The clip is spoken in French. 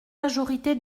majorité